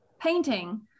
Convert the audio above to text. painting